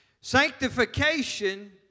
Sanctification